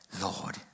Lord